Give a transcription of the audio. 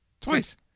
Twice